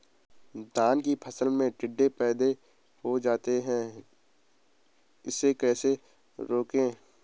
धान की फसल में टिड्डे पैदा हो जाते हैं इसे कैसे रोकें?